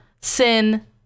Sin